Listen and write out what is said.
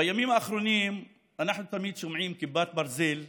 בימים האחרונים אנחנו תמיד שומעים על כיפת ברזל צבאית.